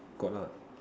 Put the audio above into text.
got lah